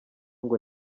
ngo